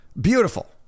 beautiful